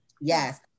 yes